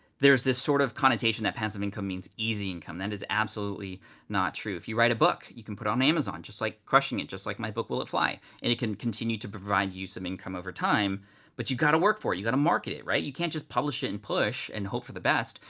there's this sort of connotation that passive income means easy income, that is absolutely not true. if you write a book, you can put it on amazon just like crushing it, just like my book will it fly? and it can continue to provide you some income over time but you gotta work for it, you gotta market it, right? you can't just publish it and push and hope for the best.